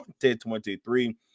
2023